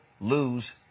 lose